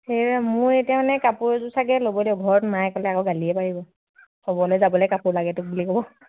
সেয়া মোৰ এতিয়া মানে কাপোৰ এযোৰ চাগে ল'ব ঘৰত মাই ক'লে আকৌ গালিয়ে পাৰিব ক'ৰবালৈ যাবলৈ কাপোৰ লাগে তোক বুলি ক'ব